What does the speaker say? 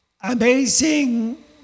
amazing